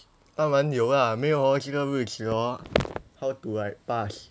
当然有啦没有 hor 其他日子 hor how to like pass